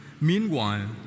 Meanwhile